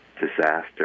disaster